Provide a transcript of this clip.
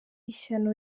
ishyano